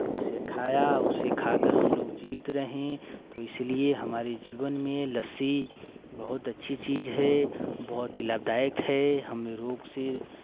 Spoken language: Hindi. उसे खाया उसे खाकर हमलोग जीवित रहें तो इसीलिए हमारी जीवन में लस्सी बहुत अच्छी चीज़ है बहुत ही लाभदायक है हमें रोग से